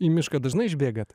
į mišką dažnai išbėgat